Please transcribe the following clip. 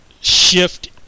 shift